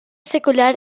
secular